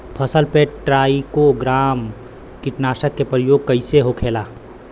फसल पे trichogramma कीटनाशक के प्रयोग कइसे होखेला?